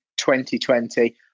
2020